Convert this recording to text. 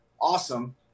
awesome